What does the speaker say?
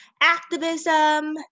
activism